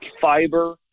fiber